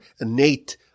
innate